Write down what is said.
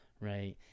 right